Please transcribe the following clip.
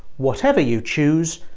whatever you choose,